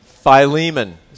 Philemon